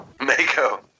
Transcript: Mako